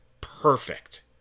perfect